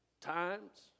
times